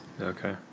Okay